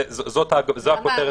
זאת הכותרת.